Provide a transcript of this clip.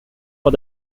for